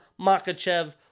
Makachev